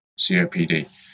COPD